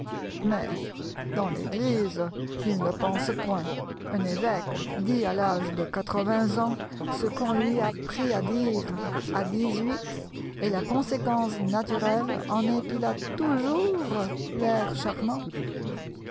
mais dans l'eglise ils ne pensent point un évêque dit à l'âge de quatre-vingts ans ce qu'on lui apprit à dire à dix-huit et la conséquence naturelle en est qu'il a toujours l'air charmant